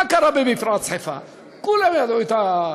מה קרה במפרץ חיפה, כולם ידעו.